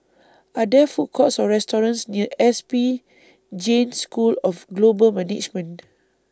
Are There Food Courts Or restaurants near S P Jain School of Global Management